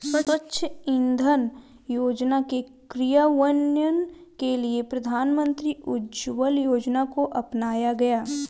स्वच्छ इंधन योजना के क्रियान्वयन के लिए प्रधानमंत्री उज्ज्वला योजना को अपनाया गया